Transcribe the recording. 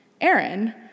Aaron